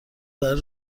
برای